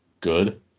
good